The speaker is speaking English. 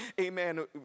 amen